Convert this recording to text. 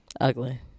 Ugly